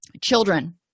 children